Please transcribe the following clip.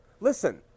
Listen